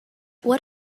what